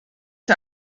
der